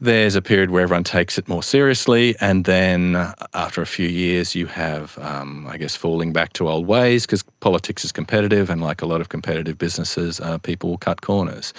there is a period where everyone takes it more seriously and then after a few years you have um i guess falling back to old ways because politics is competitive, and like a lot of competitive businesses people will cut corners.